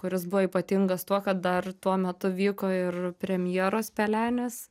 kuris buvo ypatingas tuo kad dar tuo metu vyko ir premjeros pelenės